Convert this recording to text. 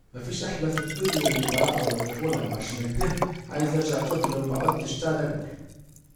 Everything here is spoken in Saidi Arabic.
مفيش أحلى في الدينا من البراءة والطفولة وعشان اكده عايز ارجع طفل ومعدتش تاني اكبر